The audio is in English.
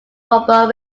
robot